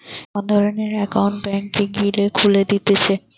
এমন ধরণের একউন্ট ব্যাংকে গ্যালে খুলে দিতেছে